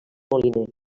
moliner